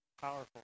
powerful